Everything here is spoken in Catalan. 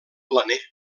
planer